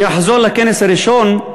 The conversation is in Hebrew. אני אחזור לכנס הראשון,